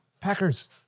Packers